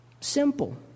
Simple